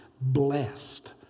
blessed